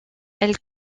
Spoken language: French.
elles